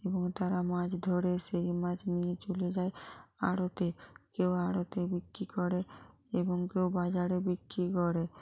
এবং তারা মাছ ধরে সেই মাছ নিয়ে চলে যায় আড়তে কেউ আড়তে বিক্রি করে এবং কেউ বাজারে বিক্রি করে